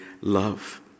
love